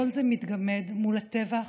כל זה מתגמד מול הטבח,